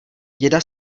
děda